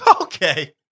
Okay